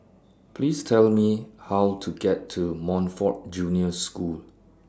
Please Tell Me How to get to Montfort Junior School